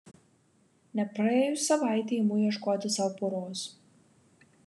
nepraėjus savaitei imu ieškoti sau poros